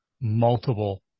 multiple